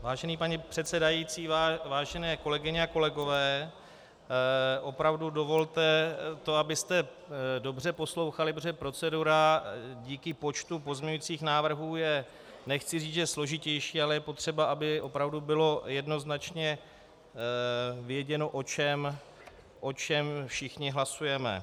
Vážený pane předsedající, vážené kolegyně a kolegové, opravdu dovolte, abyste dobře poslouchali, protože procedura díky počtu pozměňujících návrhů je nechci říct, že složitější, ale je potřeba, aby opravdu bylo jednoznačně věděno, o čem všichni hlasujeme.